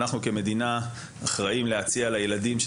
אנחנו כמדינה אחראים להציע לילדים של